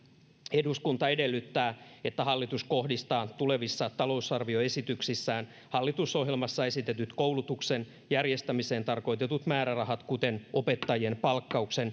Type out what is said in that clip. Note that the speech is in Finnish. eduskunta edellyttää että hallitus kohdistaa tulevissa talousarvioesityksissään hallitusohjelmassa esitetyt koulutuksen järjestämiseen tarkoitetut määrärahat kuten opettajien palkkaus